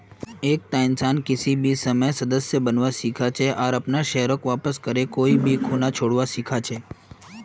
एकता इंसान किसी भी समयेत सदस्य बनवा सीखा छे आर अपनार शेयरक वापस करे कोई खूना भी छोरवा सीखा छै